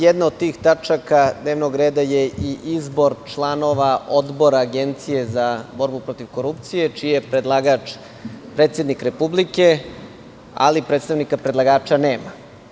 Jedna od tih tačaka dnevnog reda je i Izbor članova Odbora Agencije za borbu protiv korupcije, čiji je predlagač predsednik Republike, ali predstavnika predlagača nema.